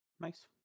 Nice